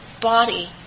body